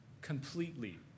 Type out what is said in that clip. completely